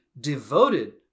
devoted